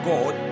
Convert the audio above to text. God